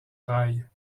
rail